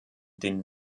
den